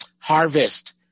harvest